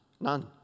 none